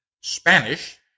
Spanish